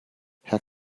herr